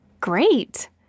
Great